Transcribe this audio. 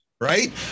Right